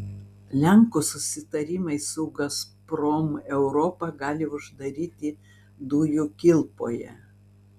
lenkų susitarimai su gazprom europą gali uždaryti dujų kilpoje